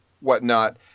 whatnot